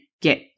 get